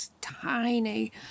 tiny